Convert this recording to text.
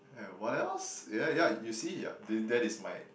and what else ya ya you see yup that that is my